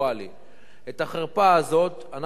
את החרפה הזאת אנחנו הפסקנו.